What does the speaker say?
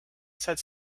said